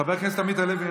חבר הכנסת עמית הלוי,